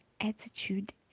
attitude